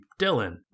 Dylan